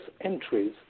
entries